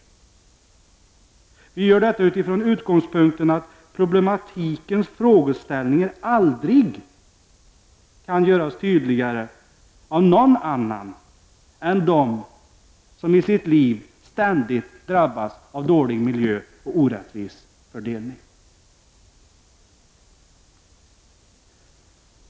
Vi gör detta utifrån utgångspunkten att problematikens frågeställningar aldrig kan göras tydligare av någon annan än av den som i sitt liv ständigt drabbas av dålig miljö och orättvis fördelning av samhällets resurser.